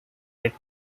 red